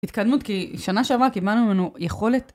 התקדמות, כי שנה שעבר קיבלנו ממנו יכולת.